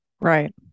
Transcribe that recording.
Right